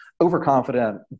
Overconfident